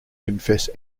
confess